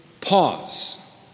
pause